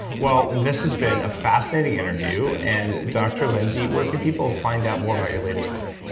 well, this has been a fascinating interview. and dr. lindsey, where can people find out more about your latest book?